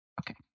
Okay